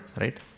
right